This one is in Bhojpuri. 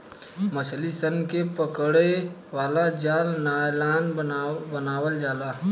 मछली सन के पकड़े वाला जाल नायलॉन बनावल जाला